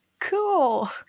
cool